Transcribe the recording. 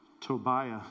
Tobiah